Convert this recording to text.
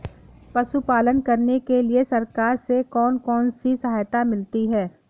पशु पालन करने के लिए सरकार से कौन कौन सी सहायता मिलती है